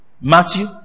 Matthew